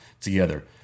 together